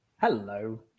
Hello